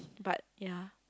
but ya